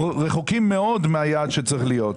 אנחנו רחוקים מאוד מהיעד שצריך להיות.